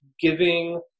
giving